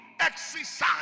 exercise